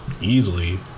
easily